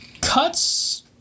cuts